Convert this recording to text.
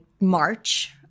March